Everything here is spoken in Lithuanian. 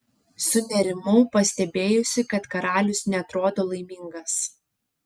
sunerimau pastebėjusi kad karalius neatrodo laimingas